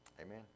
amen